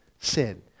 sin